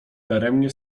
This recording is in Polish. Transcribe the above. daremnie